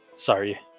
Sorry